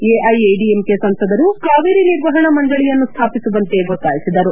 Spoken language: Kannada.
ಎಐಎಡಿಎಂಕೆ ಸಂಸದರು ಕಾವೇರಿ ನಿರ್ವಹಣಾ ಮಂಡಳಿಯನ್ನು ಸ್ಥಾಪಿಸುವಂತೆ ಒತ್ತಾಯಿಸಿದರು